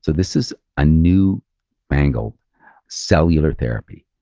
this is a new angle cellular therapy.